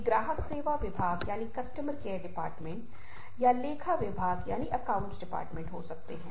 यह पहला तरीका है जिसे आप किसी तरह के आश्चर्य के तत्व के रूप में रख सकते हैं